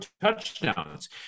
touchdowns